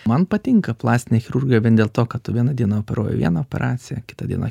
man patinka plastinė chirurga vien dėl to kad tu vieną dieną operuoji vieną operaciją kitą dieną